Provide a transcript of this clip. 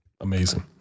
Amazing